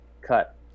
cut